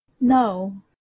No